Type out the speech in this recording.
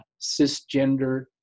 cisgender